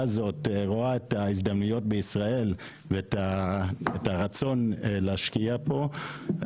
הזאת רואה את ההזדמנויות בישראל ואת הרצון להשקיע פה,